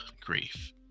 grief